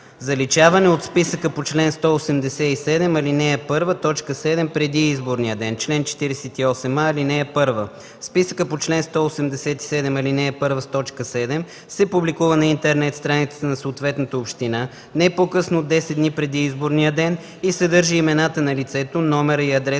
„Заличаване от списъка по чл. 187, ал. 1, т. 7 преди изборния ден Чл. 48а. (1) Списъкът по чл. 187, ал. 1, т. 7 се публикува на интернет страницата на съответната община не по-късно от 10 дни преди изборния ден и съдържа имената на лицето, номера и адреса